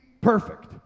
perfect